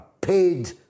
paid